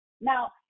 Now